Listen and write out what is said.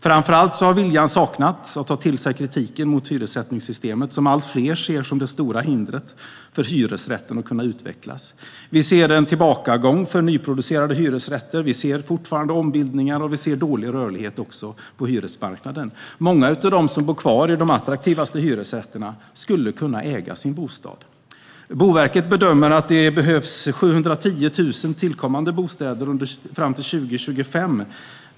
Framför allt har viljan saknats att ta till sig kritiken mot hyressättningssystemet, som allt fler ser som det stora hindret för att hyresrätten ska kunna utvecklas. Vi ser en tillbakagång för nyproducerade hyresrätter, vi ser fortfarande ombildningar och vi ser dålig rörlighet också på hyresmarknaden. Många av dem som bor kvar i de attraktivaste hyresrätterna skulle kunna äga sin bostad. Boverket bedömer att det behövs 710 000 tillkommande bostäder till 2025.